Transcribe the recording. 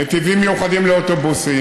נתיבים מיוחדים לאוטובוסים,